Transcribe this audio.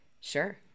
Sure